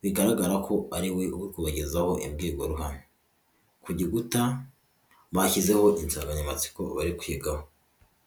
bigaragara ko ariwe urikubagezaho imbwirwa ruhame, kugikuta bashyizeho insanganyamatsiko bari kwigaho.